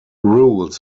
rules